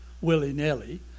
willy-nilly